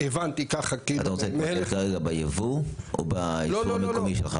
אתה רוצה להתמקד כרגע בייבוא או בייצור המקומי שלך?